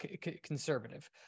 conservative